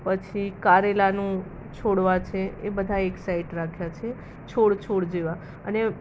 પછી કારેલાનું છોડવા છે એ બધાં એક સાઇડ રાખ્યા છે છોડ છોડ જેવા અને